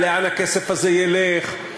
לאן הכסף הזה ילך,